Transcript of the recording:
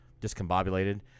discombobulated